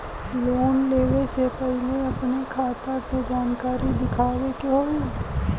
Loan लेवे से पहिले अपने खाता के जानकारी दिखावे के होई?